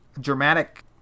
dramatic